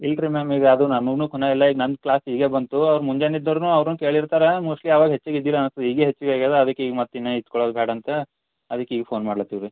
ಇಲ್ಲ ರೀ ಮ್ಯಾಮ್ ಈಗ ಅದು ನಾನೂ ಕೊನೆಯಲ್ಲ ಈಗ ನನ್ನ ಕ್ಲಾಸ್ ಈಗ ಬಂತು ಅವ್ರು ಮುಂಜಾನೆ ಇದ್ದವರೂನು ಅವ್ರುನೂ ಕೇಳಿರ್ತಾರೆ ಮೋಸ್ಟ್ಲಿ ಅವಾಗ ಹೆಚ್ಚಿಗೆ ಇದ್ದಿಲ್ಲ ಅನುಸ್ತದ ಈಗ ಹೆಚ್ಚಿಗೆ ಆಗ್ಯದ ಅದಕ್ಕೆ ಈಗ ಮತ್ತು ಇನ್ನು ಇಟ್ಕೊಳದು ಬೇಡ ಅಂತ ಅದಕ್ಕೆ ಈಗ ಫೋನ್ ಮಾಡಲತ್ತೀವ್ರಿ